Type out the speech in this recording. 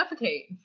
defecate